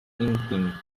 inkling